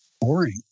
boring